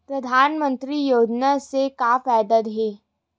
परधानमंतरी योजना से का फ़ायदा हे?